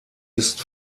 ist